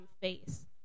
face